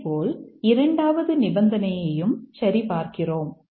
இதேபோல் இரண்டாவது நிபந்தனையையும் சரிபார்க்கிறோம்